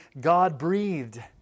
God-breathed